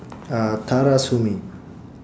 uh tara sue me